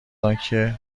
آنکه